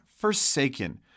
forsaken